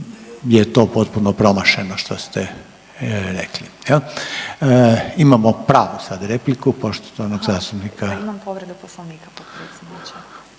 je to popuno promašeno što ste rekli jel. Imamo pravu sad repliku, poštovanog zastupnika